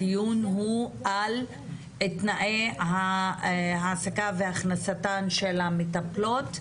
הדיון הוא על תנאי ההעסקה והכנסתן של המטפלות.